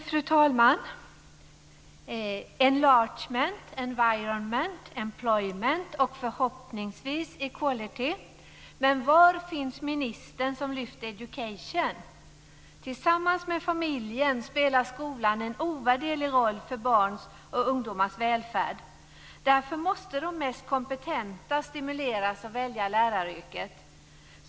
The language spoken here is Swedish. Fru talman! Enlargement, environment, employment och förhoppningsvis equality ska främjas, men var finns den minister som lyfter fram education? Tillsammans med familjen spelar skolan en ovärderlig roll för barns och ungdomars välfärd. Därför måste de mest kompetenta stimuleras att välja läraryrket.